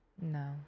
no